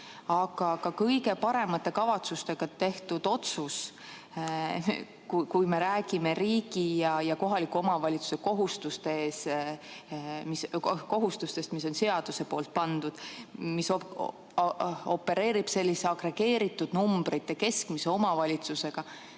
kõige paremate kavatsustega. Kui me räägime riigi ja kohaliku omavalitsuse kohustustest, mis on seadusega pandud, siis opereeritakse selliste agregeeritud numbritega, keskmise omavalitsusega.